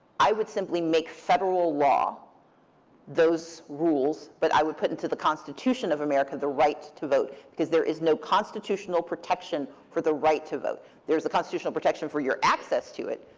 i would simply make federal law those rules, but i would put into the constitution of america the right to vote. because there is no constitutional protection for the right to vote. there is a constitutional protection for your access to it,